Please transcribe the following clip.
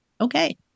Okay